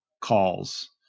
calls